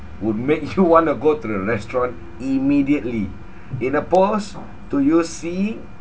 would make you want to go to the restaurant immediately in oppose to you see